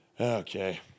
Okay